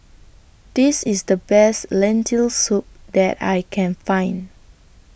This IS The Best Lentil Soup that I Can Find